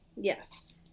Yes